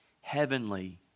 heavenly